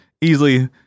easily